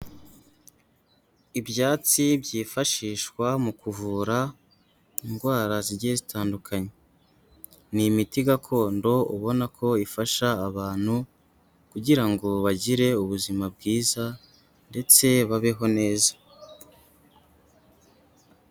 Ibyatsi byifashishwa mu kuvura indwara zigiye zitandukanye. Ni imiti gakondo, ubona ko ifasha abantu kugira ngo bagire ubuzima bwiza ndetse babeho neza.